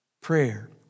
Prayer